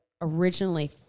originally